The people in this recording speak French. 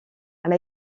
elle